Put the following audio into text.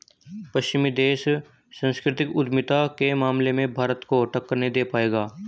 पश्चिमी देश सांस्कृतिक उद्यमिता के मामले में भारत को टक्कर नहीं दे पाएंगे